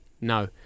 No